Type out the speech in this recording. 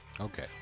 Okay